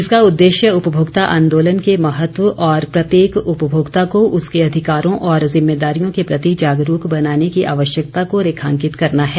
इसका उद्देश्य उपभोक्ता आदोलन के महत्व और प्रत्येक उपभोक्ता को उसके अधिकारों और जिम्मेदारियों के प्रति जागरूक बनाने की आवश्यकता को रेखांकित करना है